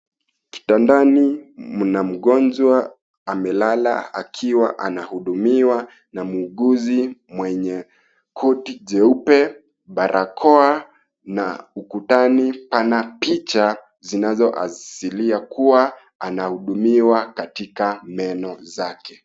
Kitandani mna mgonjwa amelela akiwa anahudumiwa na muuguzi mwenye koti jeupe, barakoa na ukutani pana picha zinazoashiria kuwa anahudumiwa katika meno yake.